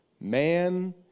man